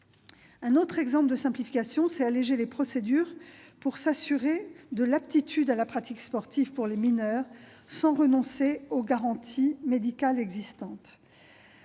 Un autre exemple de simplification est l'allégement des procédures pour s'assurer de l'aptitude à la pratique sportive pour les mineurs, sans renoncer aux garanties médicales existantes.